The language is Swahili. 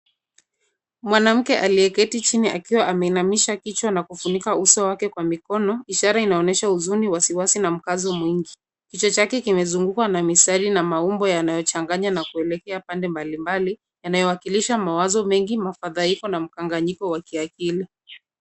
Mwanamke aliyeketi chini akiwa ameinamisha kichwa na kufunika uso wake kwa mikono, ishara inaonyesha huzuni, wasiwasi na mkazo mwingi. Kichwa chake kimezungukwa na mistari na maumbo yanayochanganya na kuelekea pande mbalimbali, yanayowakilisha mawazo mengi, mafadhaiko na mkanganyiko wa kiakili.